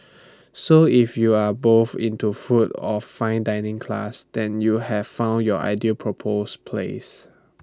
so if you are both into food of fine dining class then you have found your ideal proposal place